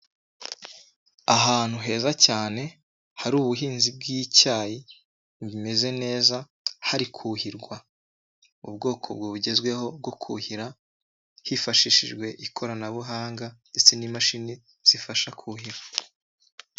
Ahantu heza cyane hari ubuhinzi bw'icyayi bimeze neza hari kuhirwa. Ubwoko bu bugezweho bwo kuhira hifashishijwe ikoranabuhanga ndetse n'imashini zifasha kuhira.